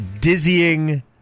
dizzying